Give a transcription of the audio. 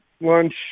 lunch